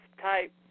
type